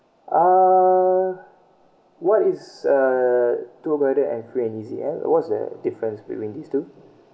uh what is uh tour guided and free and easy eh what's the difference between these two